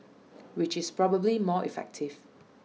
which is probably more effective